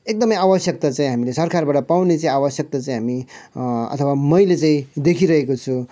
एकदमै आवश्यकता चाहिँ हामीले सरकारबाट पाउने चाहिँ आवश्यकता चाहिँ हामी अथवा मैले चाहिँ देखिरहेको छु